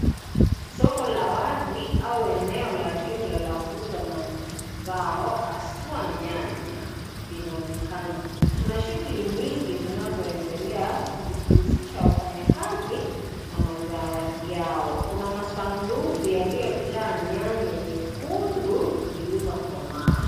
Soko la wazi au eneo la jumla la kuuza mazao haswa nyanya inaonekana. Kuna shughuli nyingi zinazoendelea zikihusisha wafanya kazi na mazao yao kuna masanduku yaliyojaa nyanya nyekundu zilizokomaa.